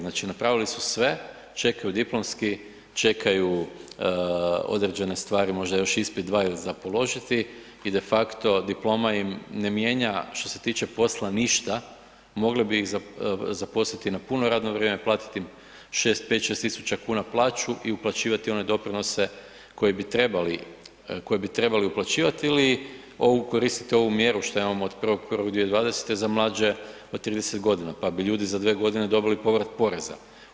Znači napravili su sve, čekaju diplomski, čekaju određene stvari, možda još ispit dva za položiti i de facto diploma im ne mijenja što se tiče posla ništa, mogli bi ih zaposliti na puno radno vrijeme, platiti im 5, 6 tisuća kuna plaću i uplaćivati one doprinose koje bi trebali, koje bi trebali uplaćivati ili ovu, koristiti ovu mjeru što imamo od 1.1.2020. za mlađe od 30 godina pa bi ljudi za 2 godine dobili povrat poreza.